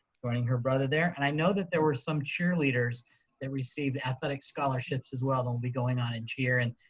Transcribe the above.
joining her brother there. and i know that there were some cheerleaders that received athletic scholarships as well, that will be going on in cheer. and,